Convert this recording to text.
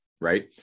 Right